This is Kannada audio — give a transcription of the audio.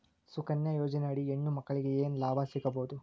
ಸುಕನ್ಯಾ ಯೋಜನೆ ಅಡಿ ಹೆಣ್ಣು ಮಕ್ಕಳಿಗೆ ಏನ ಲಾಭ ಸಿಗಬಹುದು?